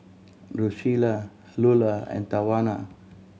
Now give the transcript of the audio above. Drucilla Lula and Tawana